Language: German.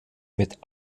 mit